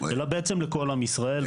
אלא בעצם לכל עם ישראל,